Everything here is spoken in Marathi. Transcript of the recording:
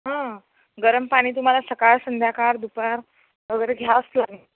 गरम पाणी तुम्हाला सकाळ संध्याकाळ दुपार वगैरे घ्यावंच लागंल